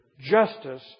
justice